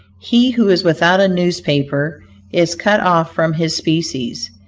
he who is without a newspaper is cut off from his species.